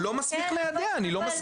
הוא לא מספיק מיידע, אני לא מסכים.